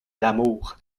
l’amour